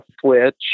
switch